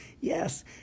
Yes